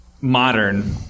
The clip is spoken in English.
modern